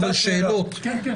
אותה שאלה